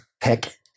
pick